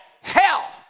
hell